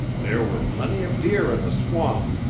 there were plenty of deer in the swamp,